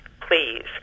please